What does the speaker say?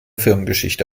firmengeschichte